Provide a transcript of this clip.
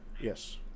Yes